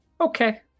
okay